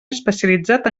especialitzat